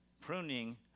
pruning